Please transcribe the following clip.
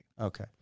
Okay